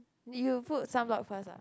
you put sunblock first ah